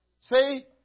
See